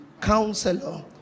Counselor